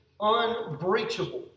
unbreachable